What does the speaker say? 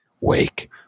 wake